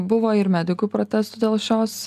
buvo ir medikų protestų dėl šios